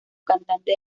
cantante